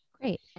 Great